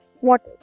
water